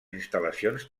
instal·lacions